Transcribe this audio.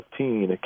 15